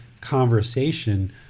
conversation